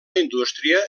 indústria